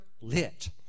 lit